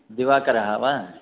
दिवाकरः वा